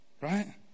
right